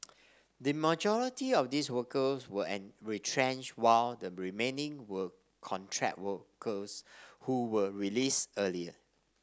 the majority of these workers were an retrenched while the remaining were contract workers who were released earlier